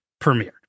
premiered